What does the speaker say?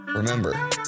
Remember